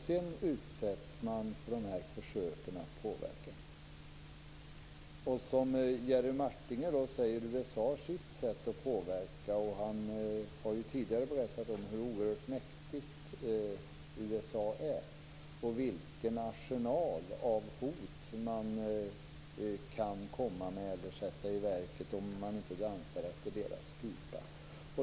Sedan utsätts den för de här försöken att påverka. Som Jerry Martinger säger har USA sitt sätt att påverka. Han har ju tidigare berättat om hur oerhört mäktigt USA är, och vilken arsenal av hot landet kan sätta i verket om man inte dansar efter dess pipa.